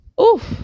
oof